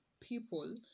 people